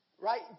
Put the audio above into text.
Right